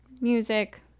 music